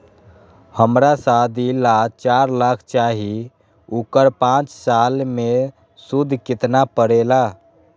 हमरा शादी ला चार लाख चाहि उकर पाँच साल मे सूद कितना परेला?